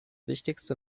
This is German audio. wichtigste